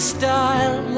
style